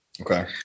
Okay